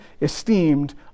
esteemed